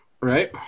right